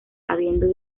habiendo